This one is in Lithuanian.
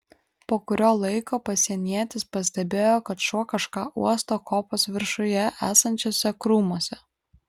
po kurio laiko pasienietis pastebėjo kad šuo kažką uosto kopos viršuje esančiuose krūmuose